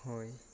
ᱦᱳᱭ